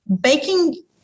Baking